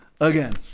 again